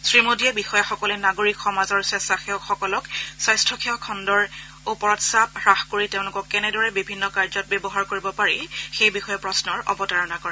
শ্ৰী মোদীয়ে বিষয়াসকলে নাগৰিক সমাজৰ স্বেচ্ছাসেৱকসকলক স্বাস্থ্যসেৱা খণ্ডৰ ওপৰত চাপ হ্ৰাস কৰি তেওঁলোকক কেনেদৰে বিভিন্ন কাৰ্যত ব্যৱহাৰ কৰিব পাৰি সেই বিষয়ে প্ৰশ্নৰ অৱতাৰণা কৰে